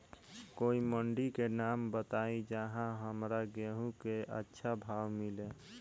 कोई मंडी के नाम बताई जहां हमरा गेहूं के अच्छा भाव मिले?